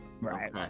right